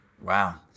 Wow